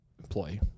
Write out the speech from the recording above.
employee